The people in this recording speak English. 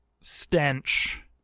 stench